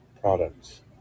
products